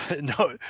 no